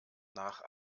nach